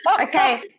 Okay